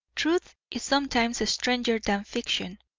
truth is sometimes stranger than fiction.